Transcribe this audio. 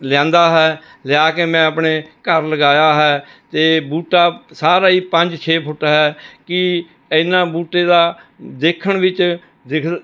ਲਿਆਂਦਾ ਹੈ ਲਿਆ ਕੇ ਮੈਂ ਆਪਣੇ ਘਰ ਲਗਾਇਆ ਹੈ ਅਤੇ ਬੂਟਾ ਸਾਰਾ ਹੀ ਪੰਜ ਛੇ ਫੁੱਟ ਹੈ ਕਿ ਇੰਨਾ ਬੂਟੇ ਦਾ ਦੇਖਣ ਵਿੱਚ ਦਿਖ